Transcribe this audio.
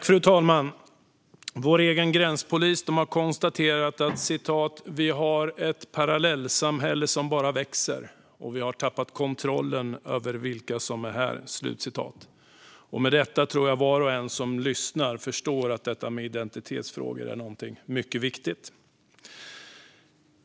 Fru talman! Vår egen gränspolis har konstaterat att vi har ett parallellsamhälle som bara växer och att vi har tappat kontrollen över vilka som är här. Med detta tror jag att var och en som lyssnar förstår att detta med identitetsfrågor är någonting mycket viktigt.